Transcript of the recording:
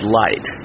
light